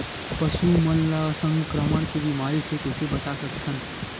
पशु मन ला संक्रमण के बीमारी से कइसे बचा सकथन?